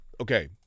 Okay